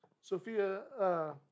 Sophia